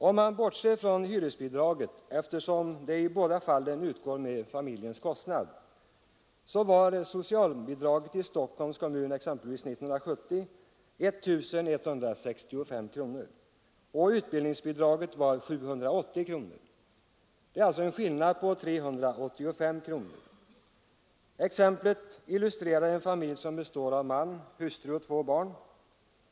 Om man bortser från hyresbidraget, eftersom det i båda fallet utgår med hänsyn till familjens kostnad, var år 1970 = socialbidraget i Stockholms kommun 1165 kronor och utbildningsbidraget 780 kronor. Det var alltså en skillnad på 385 kronor. Exemplet avser en familj med man, hustru och två barn.